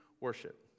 worship